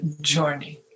journey